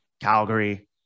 Calgary